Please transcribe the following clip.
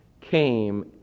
came